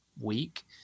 Week